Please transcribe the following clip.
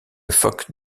phoque